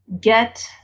get